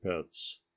pets